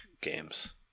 games